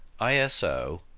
ISO